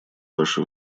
ваше